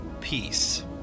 peace